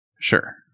sure